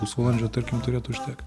pusvalandžio tarkim turėtų užtekt